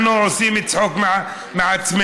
אנחנו עושים צחוק מעצמנו.